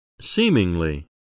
Seemingly